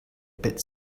bit